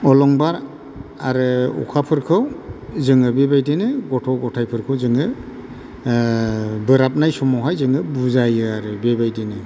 अलंबार आरो अखाफोरखौ जोङो बेबायदिनो गथ' गथायफोरखौ जोङो बोराबनाय समावहाय जोङो बुजायो आरो बेबायदिनो